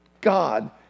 God